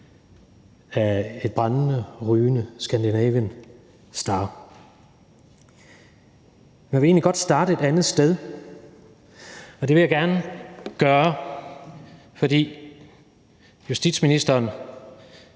af et brændende og rygende »Scandinavian Star«, men jeg vil egentlig godt starte et andet sted. For justitsministeren